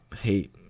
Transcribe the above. hate